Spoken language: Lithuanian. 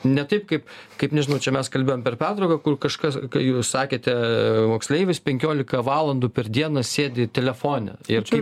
ne taip kaip kaip nežinau čia mes kalbėjom per pertrauką kur kažkas ką jūs sakėte moksleivis penkiolika valandų per dieną sėdi telefone ir čia